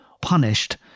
punished